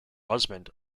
husband